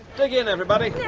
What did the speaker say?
dig in, everybody.